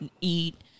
eat